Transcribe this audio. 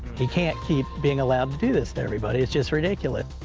he can't keep being allowed to do this to everybody. it's just ridiculous.